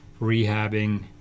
rehabbing